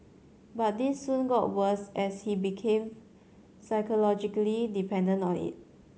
but this soon got worse as he became psychologically dependent on it